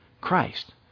Christ